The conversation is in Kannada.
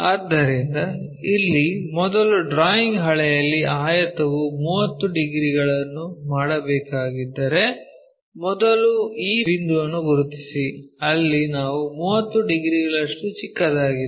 ಆದ್ದರಿಂದ ಇಲ್ಲಿ ಮೊದಲು ಡ್ರಾಯಿಂಗ್ ಹಾಳೆಯಲ್ಲಿ ಆಯತವು 30 ಡಿಗ್ರಿಗಳನ್ನು ಮಾಡಬೇಕಾಗಿದ್ದರೆ ಮೊದಲು ಈ ಬಿಂದುವನ್ನು ಗುರುತಿಸಿ ಅಲ್ಲಿ ನಾವು 30 ಡಿಗ್ರಿಗಳಷ್ಟು ಚಿಕ್ಕದಾಗಿದೆ